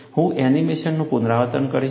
હું એનિમેશનનું પુનરાવર્તન કરીશ